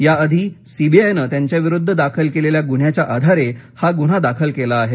याआधी C B I नं त्यांच्याविरुद्ध दाखल केलेल्या गुन्ह्याच्या आधारे हा गुन्हा दाखल केला आहे